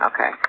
Okay